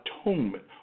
atonement